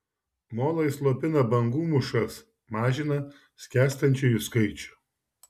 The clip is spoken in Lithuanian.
molai slopina bangų mūšas mažina skęstančiųjų skaičių